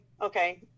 okay